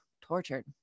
tortured